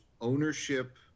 ownership